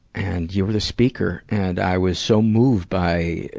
and, you were the speaker. and i was so moved by,